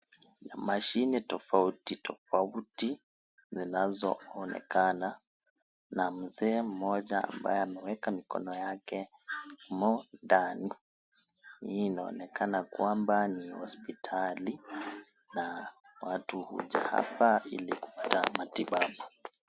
Mashine tofautitofauti zinazoonekana na mzee mmoja ambaye amewka mikono yake humo ndani. Hii inaonekana kwamba ni hospitali na watu huja hapa ili kupata matibabu.